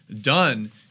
done